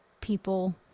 people